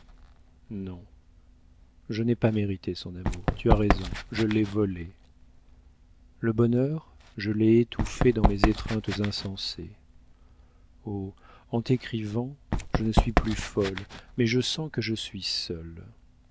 non je n'ai pas mérité son amour tu as raison je l'ai volé le bonheur je l'ai étouffé dans mes étreintes insensées oh en t'écrivant je ne suis plus folle mais je sens que je suis seule